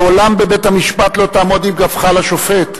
לעולם בבית-המשפט לא תעמוד עם גבך לשופט.